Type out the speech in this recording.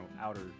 outer